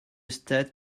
stade